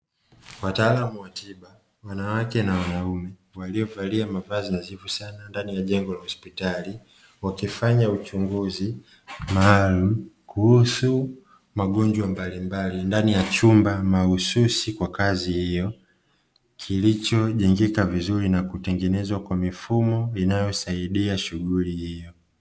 Wataalamu wa tiba wanawake na wanaume waliovalia mavazi nadhifu sana ndani ya jengo la hospitali, wakifanya uchunguzi maalumu kuhusu magonjwa mbalimbali ndani ya chumba mahusui kwa kazi hiyo kilichojengeka vizuri na kutengenezwa kwa mifumo inayosaidia shughuli hiyo.